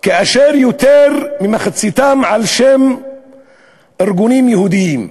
כאשר יותר ממחציתם על שם ארגונים יהודיים.